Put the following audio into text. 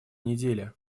недели